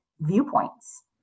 viewpoints